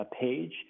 page